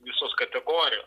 visos kategorijos